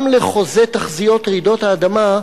גם לחוזי תחזיות רעידות האדמה,